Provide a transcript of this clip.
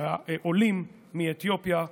העולים מאתיופיה.